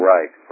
Right